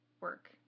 work